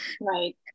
right